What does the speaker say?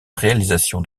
réalisation